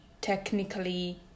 technically